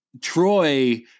Troy